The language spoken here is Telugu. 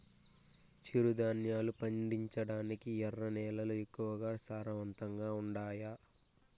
చిరుధాన్యాలు పండించటానికి ఎర్ర నేలలు ఎక్కువగా సారవంతంగా ఉండాయా